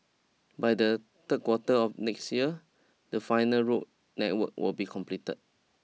by the third quarter of next year the final road network will be completed